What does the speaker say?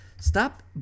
Stop